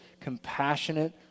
compassionate